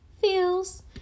feels